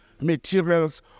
materials